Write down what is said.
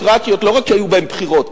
לא רק שהיו בהן בחירות,